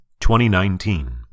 2019